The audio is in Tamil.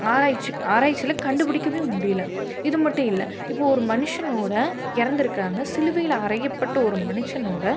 ஆராய்ச்சி ஆராய்ச்சியில கண்டுபிடிக்கவே முடியலை இது மட்டும் இல்லை இப்போ ஒரு மனுஷனோட இறந்துருக்குறாங்க சிலுவையில அறையப்பட்ட ஒரு மனுஷனோட